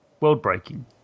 world-breaking